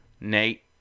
Nate